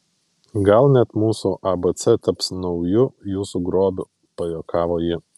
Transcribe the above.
gal net mūsų abc taps nauju jūsų grobiu pajuokavo ji